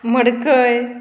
मडकय